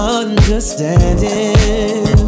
understanding